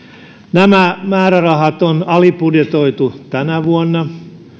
nämä määrärahat on alibudjetoitu tänä vuonna ja